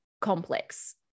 complex